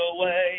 away